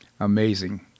Amazing